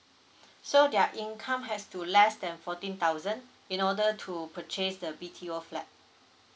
so their income has to less than fourteen thousand in order to purchase the B_T_O flat